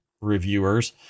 reviewers